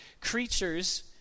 creatures